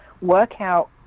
workout